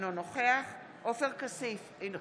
אינו נוכח עופר כסיף, אינו